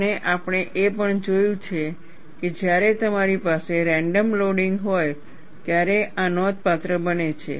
અને આપણે એ પણ જોયું છે કે જ્યારે તમારી પાસે રેન્ડમ લોડિંગ હોય ત્યારે આ નોંધપાત્ર બને છે